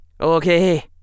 Okay